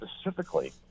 specifically